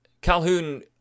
Calhoun